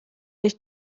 dich